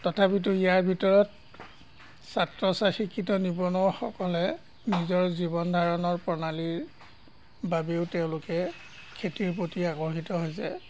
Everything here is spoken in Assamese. তথাপিতো ইয়াৰ ভিতৰত ছাত্ৰ ছাত্ৰী শিক্ষিত নিবনুৱাসকলে নিজৰ জীৱন ধাৰণৰ প্ৰণালীৰ বাবেও তেওঁলোকে খেতিৰ প্ৰতি আকৰ্ষিত হৈছে